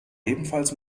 ebenfalls